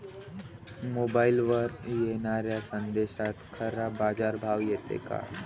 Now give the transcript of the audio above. मोबाईलवर येनाऱ्या संदेशात खरा बाजारभाव येते का?